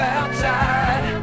outside